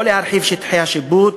או להרחיב את שטחי השיפוט,